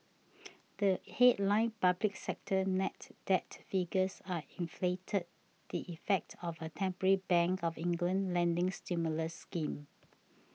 the headline public sector net debt figures are inflated the effect of a temporary Bank of England lending stimulus scheme